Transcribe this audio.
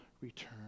return